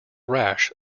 rash